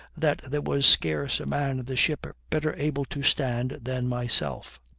that there was scarce a man in the ship better able to stand than myself.